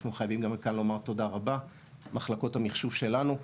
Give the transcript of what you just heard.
אנחנו חייבים כאן גם לומר תודה רבה למחלקות המחשוב שלנו.